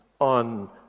on